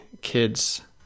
kids